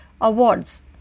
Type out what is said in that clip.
awards